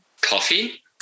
Coffee